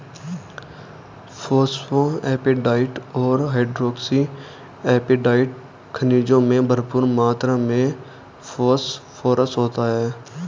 phosphoapatite और hydroxy apatite खनिजों में भरपूर मात्र में फोस्फोरस होता है